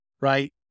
right